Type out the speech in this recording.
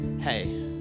Hey